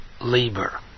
labor